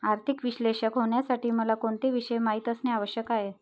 आर्थिक विश्लेषक होण्यासाठी मला कोणते विषय माहित असणे आवश्यक आहे?